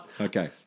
Okay